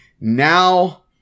Now